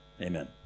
Amen